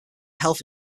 health